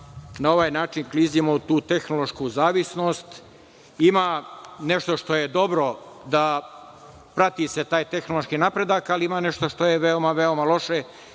na ovaj način klizimo u tehnološku zavisnost. Ima nešto što je dobro, da se prati taj tehnološki napredak, ali ima nešto što je veoma, veoma loše,